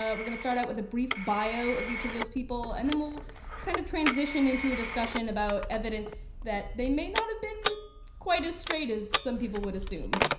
ah we're going to start out with a brief bio of each of those people, and then we'll kind of transition into a discussion about evidence that they may not have been quite as straight as some people would assume.